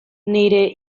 nire